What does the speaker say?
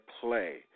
play